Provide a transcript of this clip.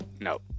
No